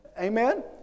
Amen